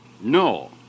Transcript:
No